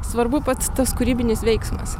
svarbu pats tas kūrybinis veiksmas